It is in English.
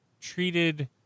treated